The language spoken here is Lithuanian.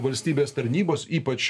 valstybės tarnybos ypač